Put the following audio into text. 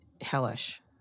hellish